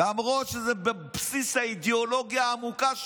למרות שזה בבסיס האידיאולוגיה העמוקה שלו.